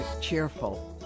cheerful